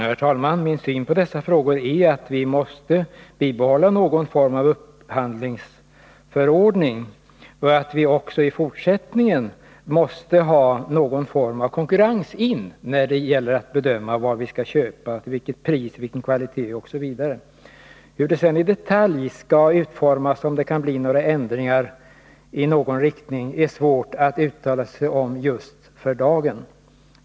Herr talman! Min syn på dessa frågor är att vi måste behålla någon form av upphandlingsförordning och att det också i fortsättningen måste finnas en viss konkurrens för att vi rätt skall kunna bedöma vilka varor vi skall köpa, till vilket pris, vilken kvalitet osv. Hur detta sedan i detalj skall utformas, om det kan bli förändringar i någon riktning, är svårt att uttala sig om för dagen.